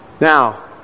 Now